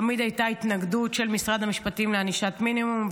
תמיד הייתה התנגדות של משרד המשפטים לענישת מינימום,